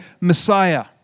Messiah